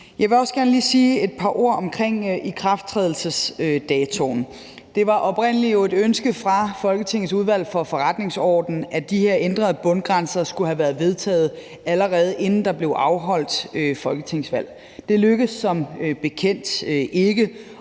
Jeg vil også gerne lige sige et par ord om ikrafttrædelsesdatoen. Det var jo oprindelig et ønske fra Folketingets Udvalg for Forretningsordenen, at de her ændrede bundgrænser skulle have været vedtaget, allerede inden der blev afholdt folketingsvalg. Det lykkedes som bekendt ikke,